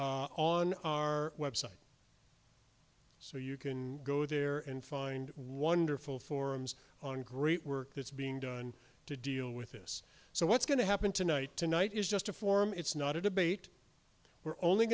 website so you can go there and find wonderful forums on great work that's being done to deal with this so what's going to happen tonight tonight is just a forum it's not a debate we're only